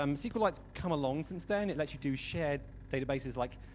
um sqlite's come along since then. it lets you do shared databases, like,